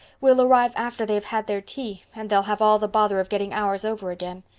we'll arrive after they have had their tea, and they'll have all the bother of getting ours over again.